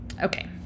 okay